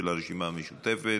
של הרשימה המשותפת.